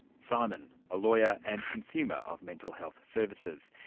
simon, a lawyer and consumer of mental health services,